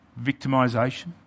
victimization